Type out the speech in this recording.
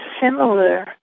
similar